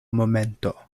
momento